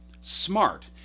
smart